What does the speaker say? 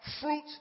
fruit